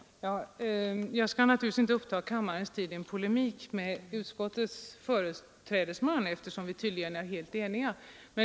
Fru talman! Naturligtvis skall jag inte här uppta kammarens tid med någon polemik med utskottets talesman, eftersom vi tydligen är helt eniga.